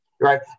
Right